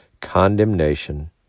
condemnation